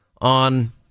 on